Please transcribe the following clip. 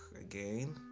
again